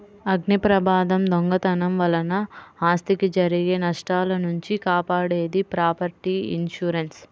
అగ్నిప్రమాదం, దొంగతనం వలన ఆస్తికి జరిగే నష్టాల నుంచి కాపాడేది ప్రాపర్టీ ఇన్సూరెన్స్